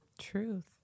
truth